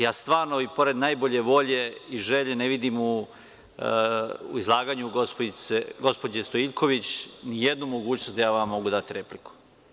Ja stvarno i pored nabolje volje i želje ne vidim u izlaganju gospođe Stojiljković nijednu mogućnost da ja vama mogu dati repliku.